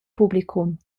publicum